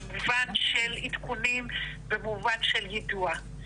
במובן של עדכונים ובמובן של יידוע.